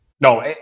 No